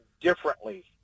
differently